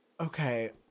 okay